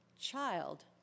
child